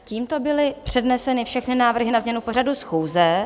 Tímto byly předneseny všechny návrhy na změnu pořadu schůze.